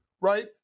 right